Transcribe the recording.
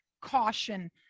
caution